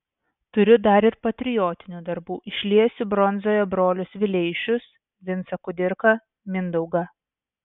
turiu dar ir patriotinių darbų išliesiu bronzoje brolius vileišius vincą kudirką mindaugą